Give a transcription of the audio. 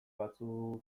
batzuk